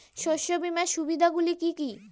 শস্য বিমার সুবিধাগুলি কি কি?